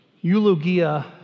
eulogia